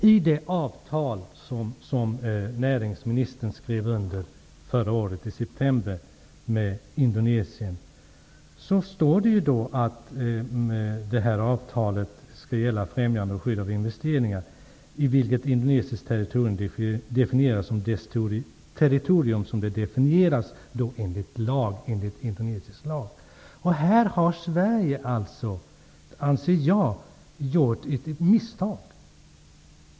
I det avtal med Indonesien som näringsministern skrev under i september förra året står det att avtalet skall gälla främjande och skydd av investeringar. Indonesiskt territorium sägs vara dess territorium så som det definieras enligt indonesisk lag. Här anser alltså jag att Sverige har gjort ett misstag.